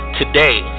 today